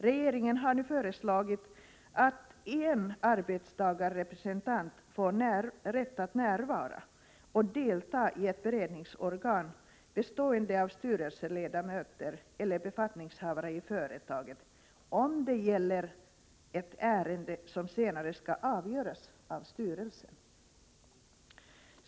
Regeringen har nu föreslagit att en arbetstagarrepre 145 sentant får rätt att närvara och delta i ett beredningsorgan bestående av styrelseledamöter eller befattningshavare i företaget, om det gäller ett ärende som senare skall avgöras av styrelsen.